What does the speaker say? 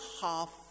half